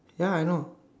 ya I know